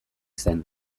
zen